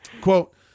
Quote